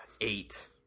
Eight